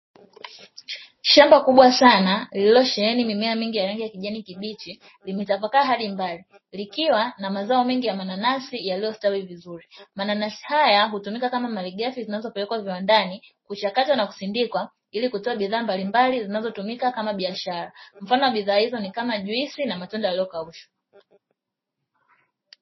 Shamba kubwa sana lililosheheni mimea mingi ya rangi ya kijani kibichi imetapakaa hadi mbali likiwa na mazao mengi y mananasi yaliostawi vizuri. Mananasi haya hutumika kama maligafi zinazonpelekwa viwandanikuchakatwa na kusindikwa ilikutoa bidhaa mbalimbali ilikutumika kama biashara, mfano wa bidhaa hizo ni kama juisi na matunda yaliyokaushwa.